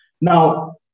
Now